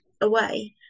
away